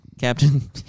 Captain